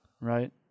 right